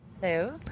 Hello